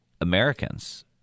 Americans